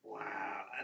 Wow